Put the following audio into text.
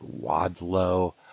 wadlow